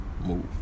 move